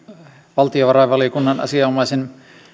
valtiovarainvaliokunnan asianomaisen